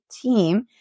team